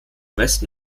westen